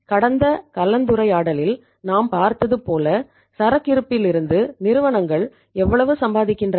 கடந்த கலந்துரையாடலில் நாம் பார்த்தது போல சரக்கு இருப்பிலிருந்து நிறுவனங்கள் எவ்வளவு சம்பாதிக்கின்றன